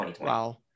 Wow